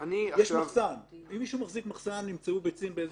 יש מחסן, נמצאו ביצים במחסן,